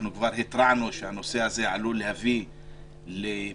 כבר התרענו שהנושא הזה עלול להביא לפיצוץ